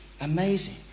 Amazing